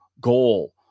goal